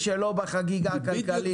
מי שלא בחגיגה הכלכלית,